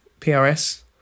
PRS